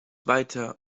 weiter